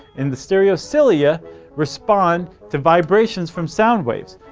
and the stereocilia respond to vibrations from sound waves.